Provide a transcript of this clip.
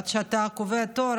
עד שאתה קובע תור,